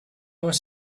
was